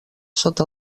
sota